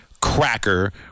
cracker